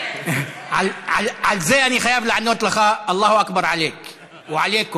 על זה אני חייב לענות לך: אללה אכבר עליכ ועליכום.